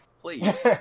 please